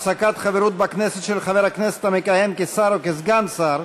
(הפסקת חברות בכנסת של חבר הכנסת המכהן כשר או כסגן שר)